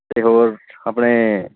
ਅਤੇ ਹੋਰ ਆਪਣੇ